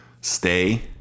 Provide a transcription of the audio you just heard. stay